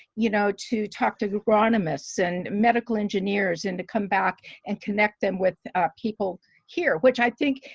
you know to talk to agronomists and medical engineers and to come back and connect them with people here which i think,